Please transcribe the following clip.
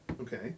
okay